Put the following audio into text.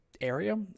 area